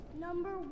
Number